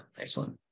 excellent